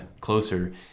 closer